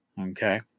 Okay